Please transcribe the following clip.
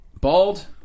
bald